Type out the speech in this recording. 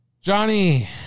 Johnny